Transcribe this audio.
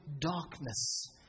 darkness